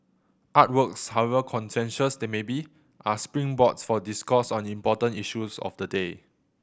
artworks however contentious they may be are springboards for discourse on important issues of the day